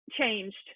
changed